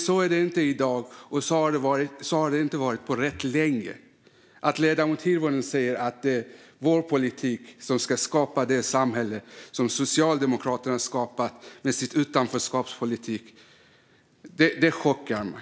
Så är det inte i dag, och så har det inte varit på rätt länge. Att ledamoten Hirvonen säger att vår politik kommer att skapa det samhälle som Socialdemokraterna har skapat med sin utanförskapspolitik chockar mig.